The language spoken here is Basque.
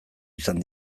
izan